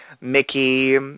Mickey